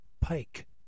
Pike